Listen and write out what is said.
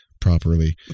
properly